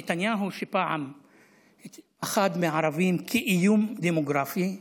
נתניהו, שפעם פחד מערבים כאיום דמוגרפי,